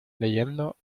leyendo